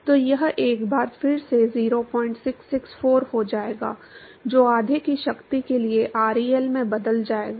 तो यह एक बार फिर से 0664 हो जाएगा जो आधे की शक्ति के लिए ReL में बदल जाएगा